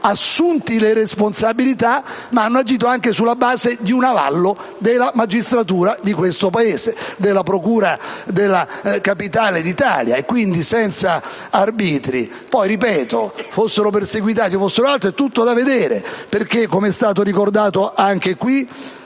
assunti le responsabilità, ma sulla base di un avallo della magistratura di questo Paese, della procura della capitale d'Italia e quindi senza arbitri. Poi, ripeto, che fossero perseguitati o altro è tutto da vedere. Come è stato ricordato anche qui,